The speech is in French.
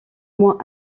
moins